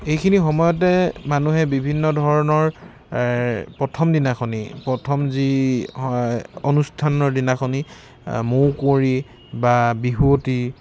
এইখিনি সময়তে মানুহে বিভিন্ন ধৰণৰ প্ৰথম দিনাখনি প্ৰথম যি হয় অনুষ্ঠানৰ দিনাখনি মৌ কুঁৱৰী বা বিহুৱতী